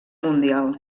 mundial